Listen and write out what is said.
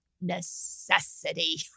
necessity